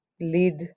lead